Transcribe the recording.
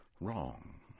wrong